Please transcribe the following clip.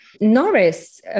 Norris